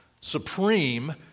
supreme